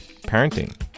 parenting